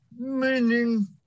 Meaning